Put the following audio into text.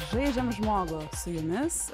žaidžiam žmogų su jumis